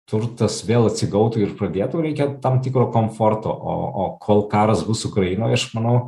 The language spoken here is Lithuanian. turtas vėl atsigautų ir pradėtų reikia tam tikro komforto o o kol karas bus ukrainoj aš manau